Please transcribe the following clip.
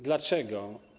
Dlaczego?